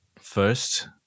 First